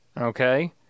okay